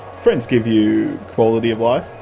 friends give you quality of life,